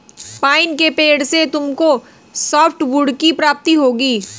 pine के पेड़ से तुमको सॉफ्टवुड की प्राप्ति होगी